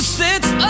sits